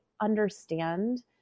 understand